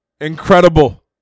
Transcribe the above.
Incredible